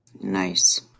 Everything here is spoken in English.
Nice